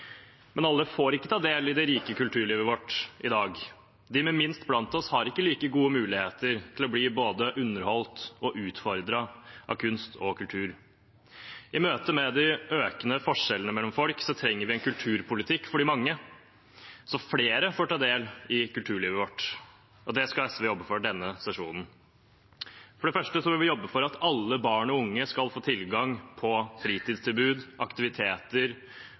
Men ikke alle får ta del i det rike kulturlivet vårt i dag. De med minst blant oss har ikke like gode muligheter til å bli både underholdt og utfordret av kunst og kultur. I møte med de økende forskjellene mellom folk trenger vi en kulturpolitikk for de mange, slik at flere får ta del i kulturlivet vårt. Det skal SV jobbe for denne sesjonen. For det første vil vi jobbe for at alle barn og unge skal få tilgang til fritidstilbud, aktiviteter